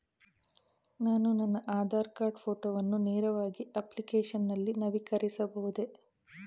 ನಾನು ನನ್ನ ಆಧಾರ್ ಕಾರ್ಡ್ ಫೋಟೋವನ್ನು ನೇರವಾಗಿ ಅಪ್ಲಿಕೇಶನ್ ನಲ್ಲಿ ನವೀಕರಿಸಬಹುದೇ?